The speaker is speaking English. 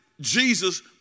Jesus